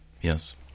Yes